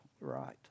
right